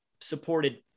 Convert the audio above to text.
supported